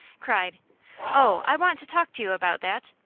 cried oh! i want to talk to you about that.